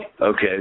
Okay